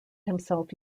himself